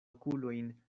okulojn